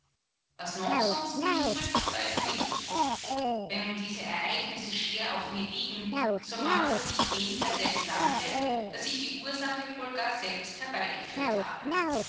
was noch sonst mich drückt weiß nur ich wenn nun diese ereignisse schwer auf mir liegen so martert nicht weniger der gedanke daß ich die ursache wohl gar selbst herbeigeführt habe